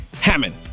Hammond